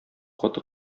каты